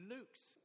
Luke's